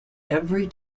every